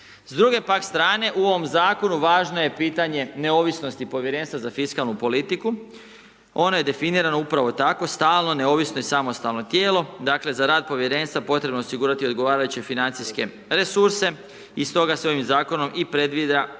S druge pak strane u ovom zakonu, važno je pitanje neovisnosti povjerenstva za fiskalnu politiku, ono je definirano upravo tako, stalno, neovisno i samostalno tijelo. Dakle, za rad povjerenstva potrebno je osigurati odgovarajuće financijske resurse i stoga s ovim zakonom i predviđa